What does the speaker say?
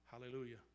Hallelujah